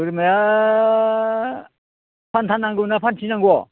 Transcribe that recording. बोरमाया फान्था नांगौना फान्थि नांगौ